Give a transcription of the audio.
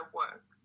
work